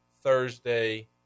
Thursday